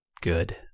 good